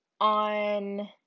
On